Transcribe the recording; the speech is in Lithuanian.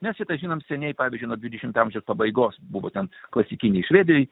nes žinome seniai pavyzdžiui nuo dvidešimtojo amžiaus pabaigos būtent klasikinį švedei